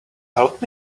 help